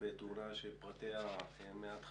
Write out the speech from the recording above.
בתאונה שפרטיה מעט חסויים,